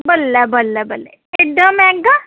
बल्लै बल्लै बल्लै इन्ना मैंह्गा